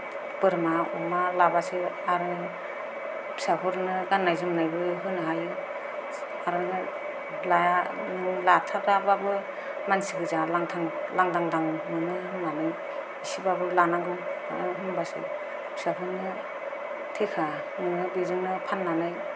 बोरमा अमा लाबासो आरो फिसाफोरनो गान्नाय जोमनायबो होनो हायो आरो नों लाया लाथाराबाबो मानसि गोजा लांथां लांदांदां मोनो होन्नानै इसेबाबो लानांगौ होनबासो फिसाफोरनो थेखा नोङो बेजोंनो फान्नानै